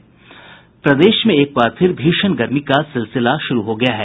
प्रदेश में एक बार फिर भीषण गर्मी का सिलसिला शुरू हो गया है